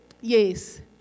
yes